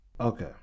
Okay